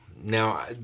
Now